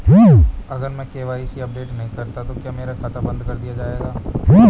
अगर मैं KYC update नहीं करता तो क्या मेरा खाता बंद कर दिया जाएगा?